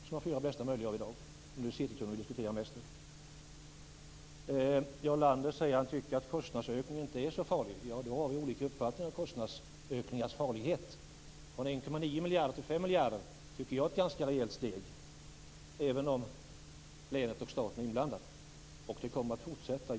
I dag får vi göra det bästa möjliga av det, och det är Citytunneln vi diskuterar mest. Jarl Lander tycker att kostnadsökningen inte är så farlig. Vi har olika uppfattningar om det. Steget från 1,9 miljarder till 5 miljarder är ganska rejält, tycker jag, även om länet och staten är iblandade. Jag är helt övertygad om att ökningen kommer att fortsätta.